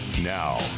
now